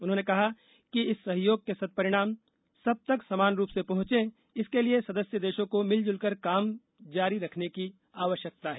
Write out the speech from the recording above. उन्होंने कहा कि इस सहयोग के सद्परिणाम सब तक समान रुप से पहुंचें इसके लिए सदस्य देशों को मिल जुलकर काम करना जारी रखने की आवश्यकता है